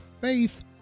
faith